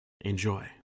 enjoy